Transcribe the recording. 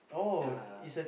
ya